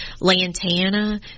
Lantana